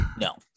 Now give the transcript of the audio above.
no